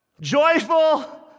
Joyful